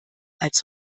als